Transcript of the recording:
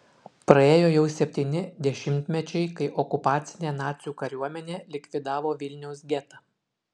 praėjo jau septyni dešimtmečiai kai okupacinė nacių kariuomenė likvidavo vilniaus getą